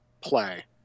play